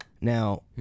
Now